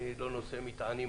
אני לא נושא מטענים.